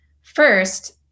First